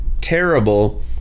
terrible